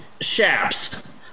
shaps